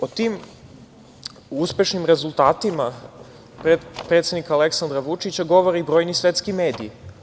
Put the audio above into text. O tim uspešnim rezultatima predsednika Aleksandra Vučića govore i brojni svetski mediji.